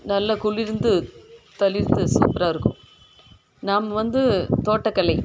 நல்ல குளிர்ந்து தளிர்ந்து சூப்பராக இருக்கும் நாம வந்து தோட்டக்கலை